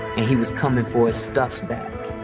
and he was coming for his stuff back.